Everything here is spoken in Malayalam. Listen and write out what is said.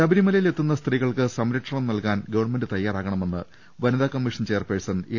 ശബരിമലയിൽ എത്തുന്ന സ്ത്രീകൾക്ക് സംരക്ഷണം നൽകാൻ ഗവൺമെന്റ് തയാറാകണമെന്ന് വനിതാ കമ്മീഷൻ ചെയർപേഴ്സൺ എം